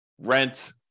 rent